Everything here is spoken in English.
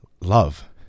love